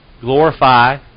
Glorify